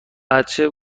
بچه